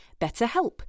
BetterHelp